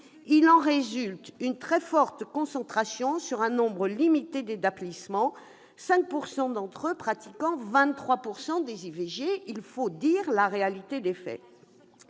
Il en résulte une très forte concentration sur un nombre limité d'établissements, 5 % d'entre eux pratiquant 23 % des IVG. Il faut dire la réalité des faits